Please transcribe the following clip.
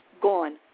gone